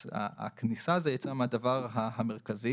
הכניסה והיציאה הוא הדבר המרכזי